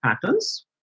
patterns